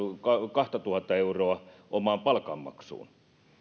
kahtatuhatta euroa omaan palkanmaksuun